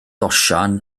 osian